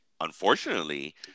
unfortunately